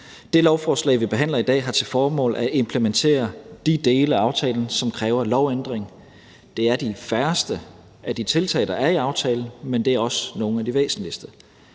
Det lovforslag, vi behandler i dag, har til formål at implementere de dele af aftalen, som kræver lovændring. Det er de færreste af de tiltag, der er i aftalen, men det er også nogle af de væsentligste.